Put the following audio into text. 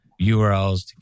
URLs